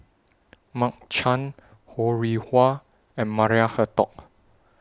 Mark Chan Ho Rih Hwa and Maria Hertogh